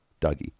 Dougie